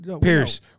Pierce